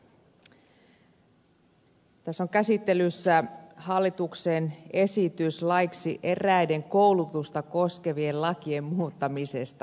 tässä on käsittelyssä hallituksen esitys laeiksi eräiden koulutusta koskevien lakien muuttamisesta